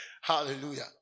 hallelujah